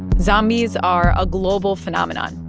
zombies are a global phenomenon.